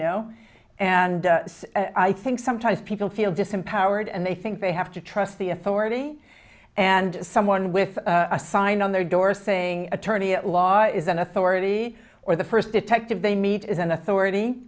know and i think sometimes people feel disempowered and they think they have to trust the authority and someone with a sign on their door saying attorney at law is an authority or the first detective they meet is an authority